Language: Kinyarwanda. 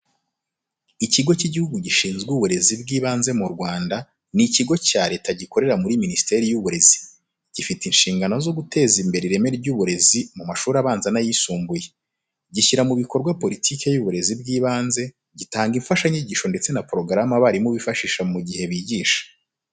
Ikigo cy’Igihugu gishinzwe uburezi bw’ibanze mu Rwanda ni ikigo cya Leta gikorera muri Minisiteri y’Uburezi, gifite inshingano zo guteza imbere ireme ry’uburezi mu mashuri abanza n’ayisumbuye. Gishyira mu bikorwa politiki y'uburezi bw'ibanze, gitanga imfashanyigisho ndetse na porogaramu abarimu bifashisha mu gihe bigisha.